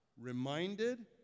reminded